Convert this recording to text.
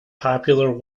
popular